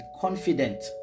confident